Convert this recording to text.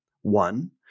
One